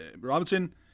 Robinson